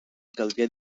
caldria